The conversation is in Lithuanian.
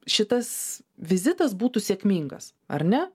šitas vizitas būtų sėkmingas ar ne